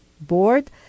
board